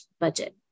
budget